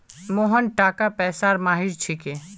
मोहन टाका पैसार माहिर छिके